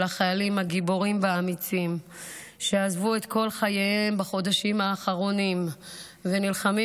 של החיילים הגיבורים והאמיצים שעזבו את כל חייהם בחודשים האחרונים ונלחמים